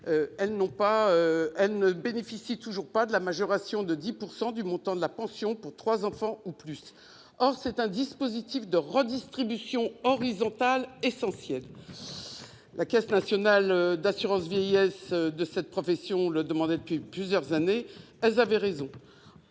ils ne bénéficient toujours pas de la majoration de 10 % du montant de la pension pour trois enfants ou plus. Or c'est un dispositif de redistribution horizontale essentiel. La Caisse nationale d'assurance vieillesse des professions libérales (CNAVPL) le demande depuis plusieurs années, avec raison.